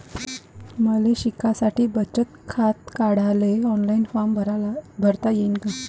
मले शिकासाठी बचत खात काढाले ऑनलाईन फारम भरता येईन का?